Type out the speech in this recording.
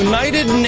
United